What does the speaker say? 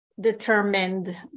determined